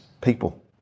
people